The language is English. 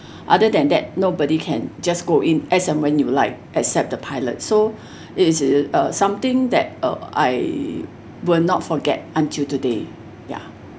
other than that nobody can just go in as and when you like except the pilot so it is uh something that uh I will not forget until today ya